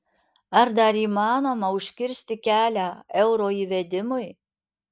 ar dar įmanoma užkirsti kelią euro įvedimui